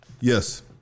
Yes